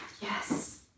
Yes